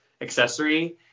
accessory